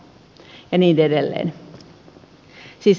ja niin edelleen